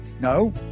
no